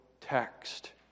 text